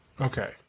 okay